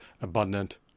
abundant